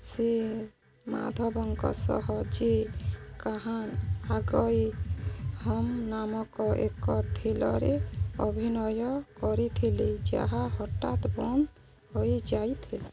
ସେ ମାଧବଙ୍କ ସହ ଯିଏ କାହାନ୍ ଆଗଏ ହମ୍ ନାମକ ଏକ ଥ୍ରୀଲରରେ ଅଭିନୟ କରିଥିଲେ ଯାହା ହଠାତ୍ ବନ୍ଦ ହେଇ ଯାଇଥିଲା